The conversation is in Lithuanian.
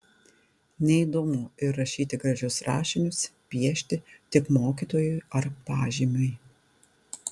neįdomu ir rašyti gražius rašinius piešti tik mokytojui ar pažymiui